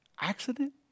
Accident